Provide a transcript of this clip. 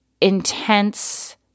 intense